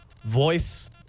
Voice